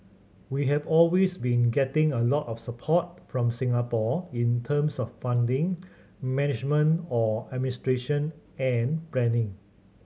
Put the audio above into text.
we have always been getting a lot of support from Singapore in terms of funding management or administration and planning